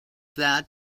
that